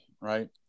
right